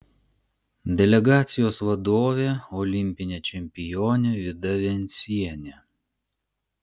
delegacijos vadovė olimpinė čempionė vida vencienė